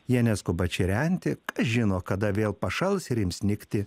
jie neskuba čirenti kas žino kada vėl pašals ir ims snigti